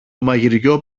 μαγειριό